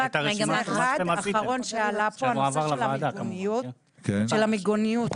לגבי הנושא של המיגוניות,